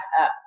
up